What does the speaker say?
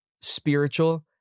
spiritual